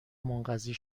منقضی